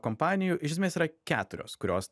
kompanijų iš esmės yra keturios kurios